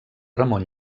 ramon